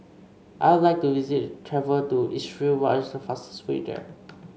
I would like to visit travel to Israel what is the fastest way there